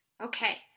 Okay